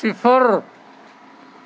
صفر